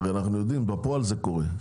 הרי, אנחנו יודעים שבפועל זה קורה.